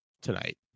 tonight